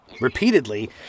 Repeatedly